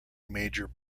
major